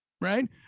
right